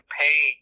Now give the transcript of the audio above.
pay